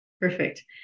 Perfect